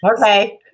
Okay